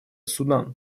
судан